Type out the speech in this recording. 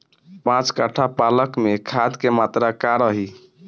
पाँच कट्ठा पालक में खाद के मात्रा का रही?